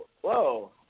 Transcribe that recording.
Whoa